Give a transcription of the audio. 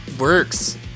works